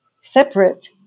separate